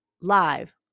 live